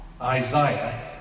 Isaiah